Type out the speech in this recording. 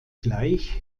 gleich